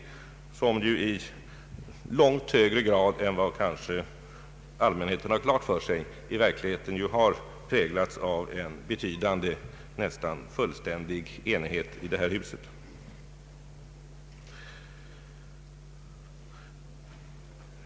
Den debatten har i långt högre grad än vad allmänheten har klart för sig präglats av en betydande, nästan fullständig, enighet i detta hus.